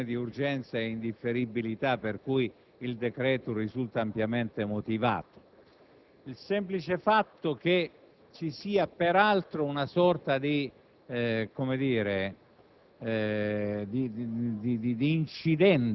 meritevoli della valutazione di urgenza e indifferibilità per cui il decreto risulta ampiamente motivato. Il semplice fatto che vi sia peraltro una sorta di incidente,